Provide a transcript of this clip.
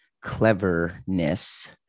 cleverness